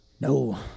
No